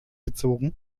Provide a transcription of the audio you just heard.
gezogen